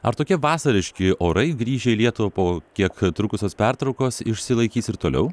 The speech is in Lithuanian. ar tokie vasariški orai grįžę į lietuvą po kiek trukusios pertraukos išsilaikys ir toliau